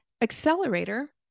accelerator